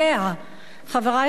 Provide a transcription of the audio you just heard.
חברי חברי הכנסת,